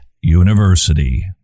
University